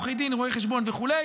עורכי דין רואי חשבון וכו',